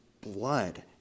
blood